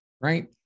right